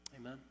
Amen